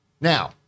Now